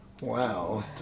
Wow